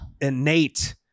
innate